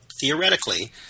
theoretically